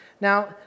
Now